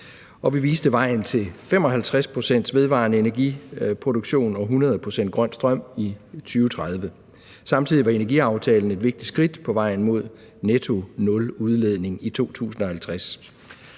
og vi viste vejen til 55 pct. vedvarende energi-produktion og 100 pct. grøn strøm i 2030. Samtidig var energiaftalen et vigtigt skridt på vejen mod netto nul udledning i 2050.